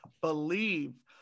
Believe